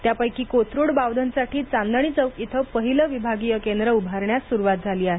त्यापैकी कोथरूड बावधनसाठी चांदणी चौक इथं पहिलं विभागीय केंद्र उभारण्यास सुरुवात झाली आहे